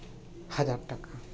ᱦᱟᱡᱟᱨ ᱴᱟᱠᱟ